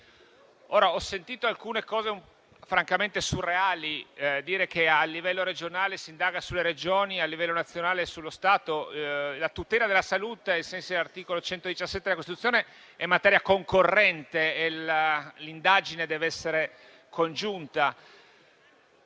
Ho sentito alcune cose francamente surreali, come ad esempio dire che a livello regionale si indaga sulle Regioni e a livello nazionale sullo Stato. La tutela della salute, ai sensi dell'articolo 117 della Costituzione, è materia concorrente e l'indagine deve essere congiunta.